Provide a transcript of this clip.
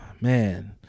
Man